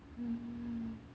hmm